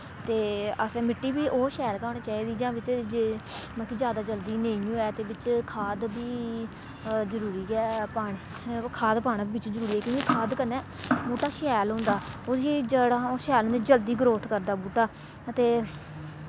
ते असें मिट्टी बी ओह् शैल गै होनी चाहिदी जां बिच्च जे मतलब कि जादा जल्दी नेईं होऐ ते बिच्च खाद बी जरूरी ऐ पाना खाद पाना बी बिच्च जरूरी ऐ की के खाद कन्नै बूह्टा शैल होंदा ओह्दियां जढ़ां शैल होंदियां जल्दी ग्रोथ करदा बूह्टा ते